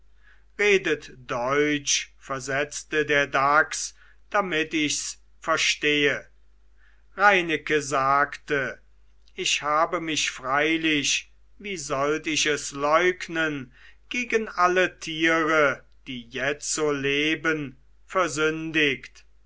redet deutsch versetzte der dachs damit ichs verstehe reineke sagte ich habe mich freilich wie sollt ich es leugnen gegen alle tiere die jetzo leben versündigt